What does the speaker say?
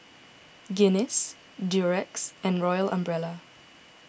Guinness Durex and Royal Umbrella